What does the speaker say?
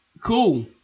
cool